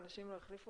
ואנשים לא החליפו,